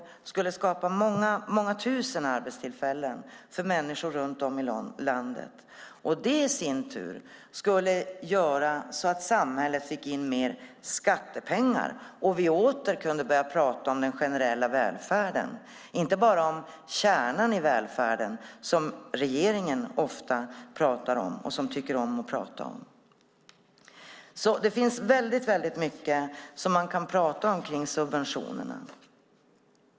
Det skulle skapa många tusen arbetstillfällen för människor runt om i landet. Det i sin tur skulle göra att samhället fick in mer skattepengar och vi åter kunde börja prata om den generella välfärden, inte bara om kärnan i välfärden, som regeringen ofta pratar om och tycker om att prata om. Det finns väldigt mycket att prata om när det gäller subventionerna.